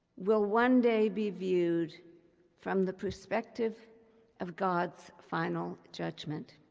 will one day be viewed from the perspective of god's final judgment.